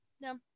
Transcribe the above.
No